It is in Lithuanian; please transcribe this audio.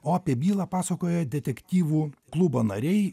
o apie bylą pasakoja detektyvų klubo nariai